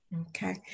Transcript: Okay